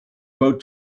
boat